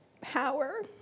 power